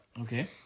Okay